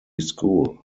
school